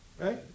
right